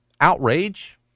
Outrage